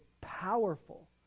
powerful